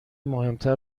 مهمتر